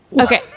Okay